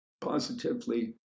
positively